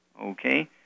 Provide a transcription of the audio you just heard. Okay